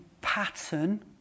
pattern